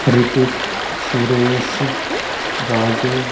रितिकः सुरेशः राजू